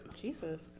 Jesus